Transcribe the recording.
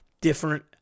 different